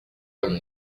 own